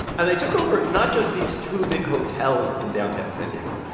and they took over not just these two big hotels in downtown san diego,